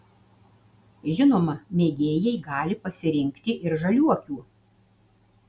žinoma mėgėjai gali pasirinkti ir žaliuokių